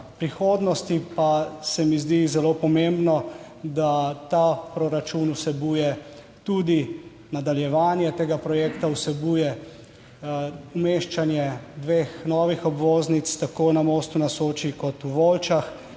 prihodnosti pa se mi zdi zelo pomembno, da ta proračun vsebuje tudi nadaljevanje tega projekta, vsebuje umeščanje dveh novih obvoznic, tako na Mostu na Soči kot v Volčah,